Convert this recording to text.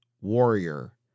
warrior